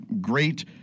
great